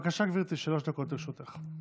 בבקשה, גברתי, שלוש דקות לרשותך.